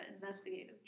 investigative